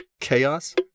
chaos